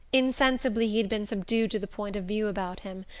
insensibly he had been subdued to the point of view about him,